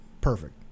perfect